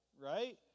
right